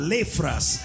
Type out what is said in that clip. Lefras